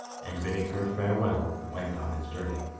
and, bidding her farewell, went on his journey.